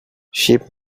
ship